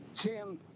Tim